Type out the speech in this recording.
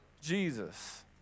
Jesus